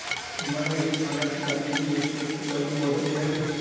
तुम्हाला हेज फंडाची कामगिरी निरपेक्षपणे मोजावी लागेल